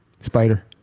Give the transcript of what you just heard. Spider